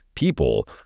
People